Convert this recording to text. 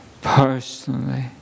personally